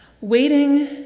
Waiting